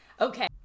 Okay